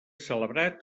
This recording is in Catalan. celebrat